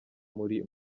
muri